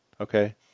okay